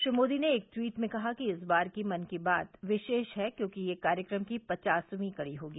श्री मोदी ने एक ट्वीट में कहा कि इस बार की मन की बात विशेष है क्योंकि यह कार्यक्रम की पचासवीं कड़ी होगी